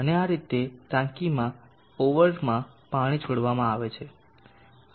અને આ રીતે ટાંકીમાં ઓવરમાં પાણી છોડવામાં આવે છે